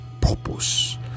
purpose